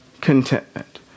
contentment